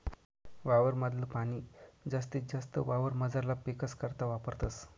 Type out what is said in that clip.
वावर माधल पाणी जास्तीत जास्त वावरमझारला पीकस करता वापरतस